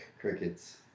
Crickets